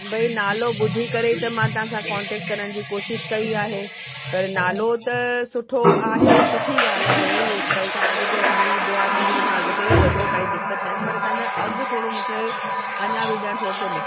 भई नालो ॿुधे करे ई मां तव्हांसां कॉन्टैक्ट करण जी कोशिशि कई आहे पर नालो त सुठो आहे सुठी ॻाल्हि आहे ये भई तव्हां अॻिते असांजी दुआ रहंदी भई तव्हां अॻिते ई वधो काई दिक़तु न आहे पर तव्हांजा अघि थोरो मूंखे अञा